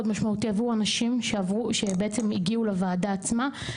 משמעותי עבור הנשים שבעצם היגעו לוועדה עצמה.